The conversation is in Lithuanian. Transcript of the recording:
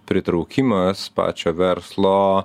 pritraukimas pačio verslo